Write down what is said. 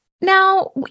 Now